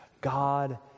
God